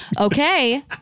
Okay